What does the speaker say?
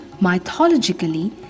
mythologically